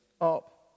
up